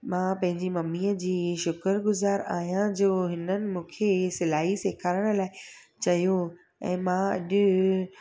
मां पंहिंजी ममीअ जी शुकर गुज़ारु आहियां जो हिननि मूंखे सिलाई सेखारण लाइ चयो ऐं मां अॼु